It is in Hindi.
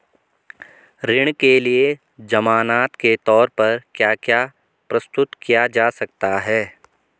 ऋण के लिए ज़मानात के तोर पर क्या क्या प्रस्तुत किया जा सकता है?